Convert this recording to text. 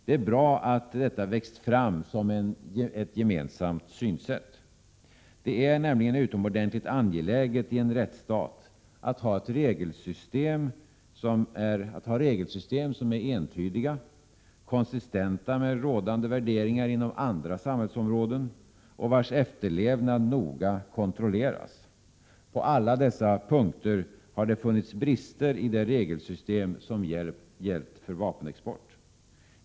Det är bra att detta växt fram som ett gemensamt synsätt. Det är nämligen utomordentligt angeläget i en rättsstat att ha regelsystem som är entydiga, konsistenta med rådande värderingar inom andra samhällsområden och vilkas efterlevnad noga kontrolleras. På alla dessa punkter har det funnits brister i det regelsystem som gällt för vapenexport.